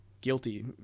guilty